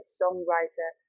songwriter